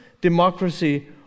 democracy